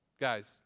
Guys